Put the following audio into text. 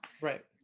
right